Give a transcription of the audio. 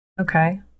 Okay